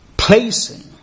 Placing